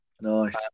Nice